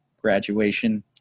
graduation